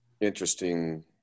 interesting